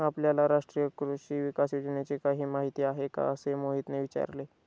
आपल्याला राष्ट्रीय कृषी विकास योजनेची काही माहिती आहे का असे मोहितने विचारले?